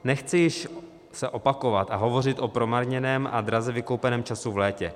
Nechci se již opakovat a hovořit o promarněném a draze vykoupeném času v létě.